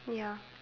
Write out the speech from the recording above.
ya